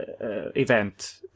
event